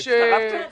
הצטרפתם כבר?